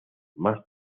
más